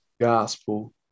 gospel